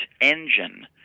engine